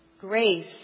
Grace